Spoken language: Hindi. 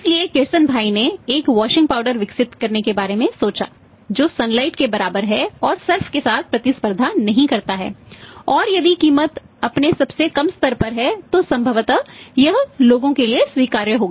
इसलिए केरसनभाई ने एक वाशिंग पाउडर के साथ प्रतिस्पर्धा नहीं करता है और यदि कीमत अपने सबसे कम स्तर पर है तो संभवतः यह लोगों के लिए स्वीकार्य होगा